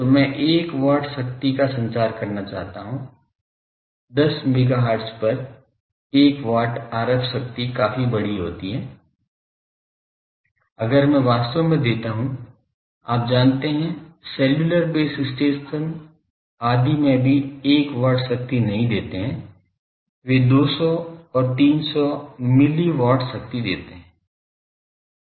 तो मैं 1 watt शक्ति का संचार करना चाहता हूं 10 मेगाहर्ट्ज पर 1 watt RF शक्ति काफ़ी बड़ी होती है अगर मैं वास्तव में देता हूँ आप जानते है सेल्युलर बेस स्टेशन आदि में भी 1 watt शक्ति नहीं देते है वे 200 और 300 मिल watt शक्ति देते हैं